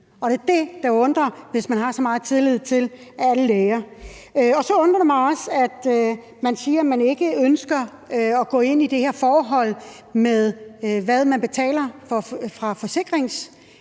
det er det, der undrer, hvis man har så meget tillid til alle læger. Og så undrer det mig også, at man siger, at man ikke ønsker at gå ind i det her forhold omkring, hvad man betaler fra forsikringsbranchen